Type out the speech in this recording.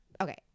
Okay